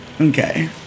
okay